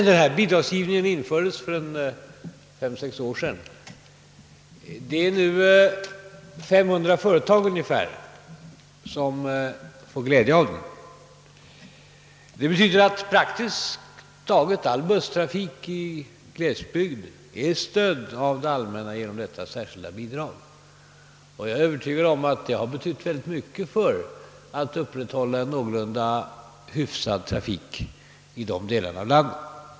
Herr talman! Bidragsgivningen infördes för fem—sex år sedan, och ungefär 200 företag får nu glädje av den. Det betyder att praktiskt taget all busstrafik i glesbygd är stödd av det allmänna genom detta särskilda bidrag. Jag är övertygad om att det har betytt mycket för att upprätthålla en någorlunda tillfredsställande trafik i dessa delar av landet.